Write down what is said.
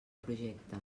projecte